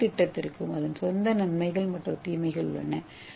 ஒவ்வொரு திட்டத்திற்கும் அதன் சொந்த நன்மைகள் மற்றும் தீமைகள் உள்ளன